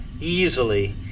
easily